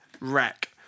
wreck